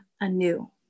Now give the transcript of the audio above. anew